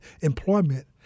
employment